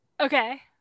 Okay